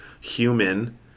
human